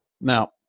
Now